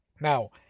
now